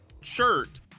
shirt